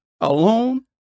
alone